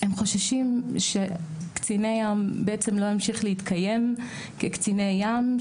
הם חוששים שקציני ים בעצם לא ימשיך להתקיים כקציני ים.